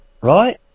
Right